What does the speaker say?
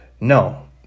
No